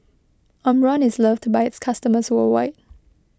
Omron is loved by its customers worldwide